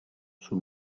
sul